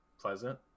pleasant